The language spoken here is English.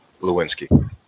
Lewinsky